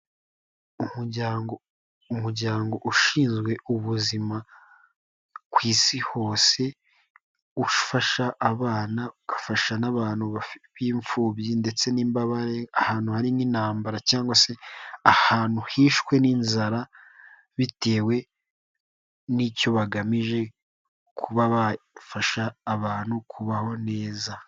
Umuryango ushinzwe ubuzima ku isi hose, ufasha abana ugafasha n'abantu b'imfubyi ndetse n'imbabare, ahantu hari nk'intambara cyangwa se ahantu hishwe n'inzara, bitewe n'icyo bagamije kuba bafasha abantu kubaho neza.